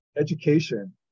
education